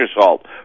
salt